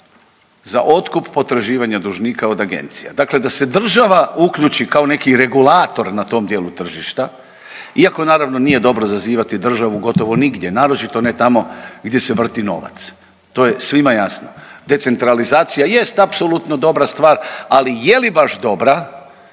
za otkup potraživanja dužnika od agencija, dakle da se država uključi kao neki regulator na tom dijelu tržišta, iako naravno nije dobro zazivati državu gotovo nigdje, naročito ne tamo gdje se vrti novac to je svima jasno. Decentralizacija jest apsolutno dobra stvar, ali je li baš dobra